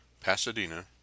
Pasadena